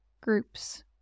groups